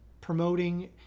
promoting